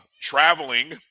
traveling